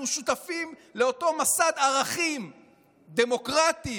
אנחנו שותפים לאותו מסד ערכים דמוקרטיים,